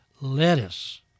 Lettuce